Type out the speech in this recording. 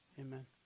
amen